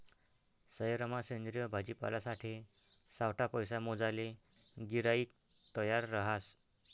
सयेरमा सेंद्रिय भाजीपालासाठे सावठा पैसा मोजाले गिराईक तयार रहास